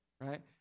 right